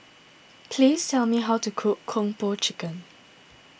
please tell me how to cook Kung Po Chicken